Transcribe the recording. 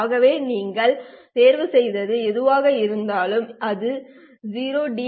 ஆகவே நீங்கள் தேர்வுசெய்தது எதுவாக இருந்தாலும் இது 6 6 டி